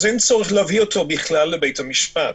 אין צורך להביא אותו בכלל לבית המשפט.